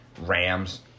Rams